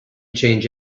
change